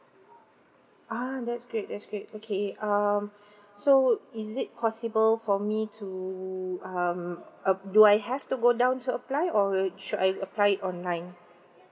ah that's great that's great okay um so is it possible for me to um uh do I have to go down to apply or will it should I apply it online